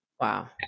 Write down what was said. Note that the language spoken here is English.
Wow